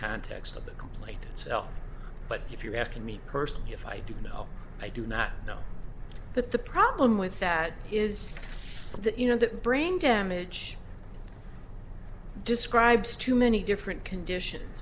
context of the complaint itself but if you're asking me personally if i do no i do not know but the problem with that is that you know that brain damage describes to many different conditions